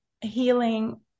healing